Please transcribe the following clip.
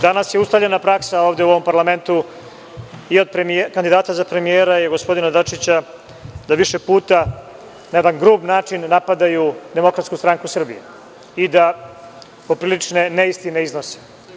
Danas je ustaljena praksa ovde u ovom parlamentu i od kandidata za premijera i od gospodina Dačića da više puta na jedan grub način napadaju DSS i da poprilične neistine iznose.